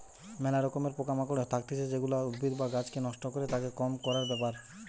ম্যালা রকমের পোকা মাকড় থাকতিছে যেগুলা উদ্ভিদ বা গাছকে নষ্ট করে, তাকে কম করার ব্যাপার